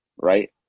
right